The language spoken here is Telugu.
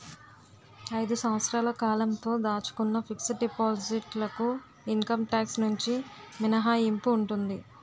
ఐదు సంవత్సరాల కాలంతో దాచుకున్న ఫిక్స్ డిపాజిట్ లకు ఇన్కమ్ టాక్స్ నుంచి మినహాయింపు ఉంటుంది